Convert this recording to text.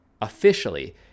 officially